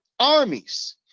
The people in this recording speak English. armies